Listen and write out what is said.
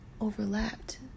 overlapped